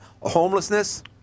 Homelessness